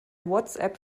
whatsapp